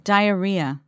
Diarrhea